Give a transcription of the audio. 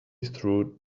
through